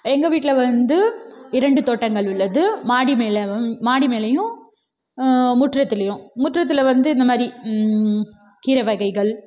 எங்கள் வீட்டில் வந்து இரண்டு தோட்டங்கள் உள்ளது மாடி மேல் மாடி மேலேயும் முற்றத்திலேயும் முற்றத்தில் வந்து இந்தமாதிரி கீரை வகைகள்